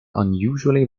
unusually